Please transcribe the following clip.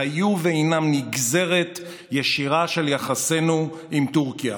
היו והינם נגזרת ישירה של יחסינו עם טורקיה.